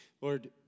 Lord